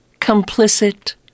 complicit